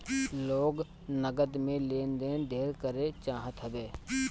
लोग नगद में लेन देन ढेर करे चाहत हवे